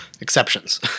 exceptions